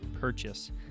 purchase